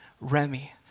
Remy